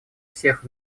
всех